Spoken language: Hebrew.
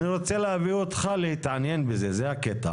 אני רוצה להביא אותך להתעניין בזה, זה העניין,